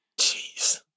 Jeez